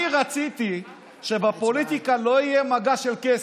אני רציתי שבפוליטיקה לא יהיה מגע של כסף,